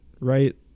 right